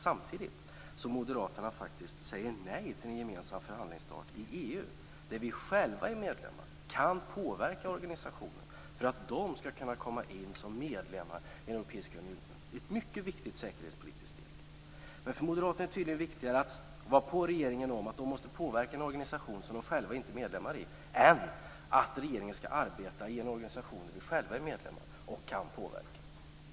Samtidigt säger Moderaterna nej till en gemensam förhandlingsstart i EU, där Sverige är medlem och kan påverka organisationen så att de baltiska länderna skall kunna komma med som medlemmar i den europeiska unionen. Detta är ett mycket viktigt säkerhetspolitiskt steg. Men för Moderaterna är det tydligen viktigare att vara på regeringen om att den måste påverka en organisation som Sverige inte är medlem i än att regeringen skall arbeta i en organisation där Sverige är medlem och kan påverka.